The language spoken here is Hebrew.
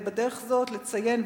ובדרך זו לציין,